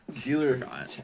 Dealer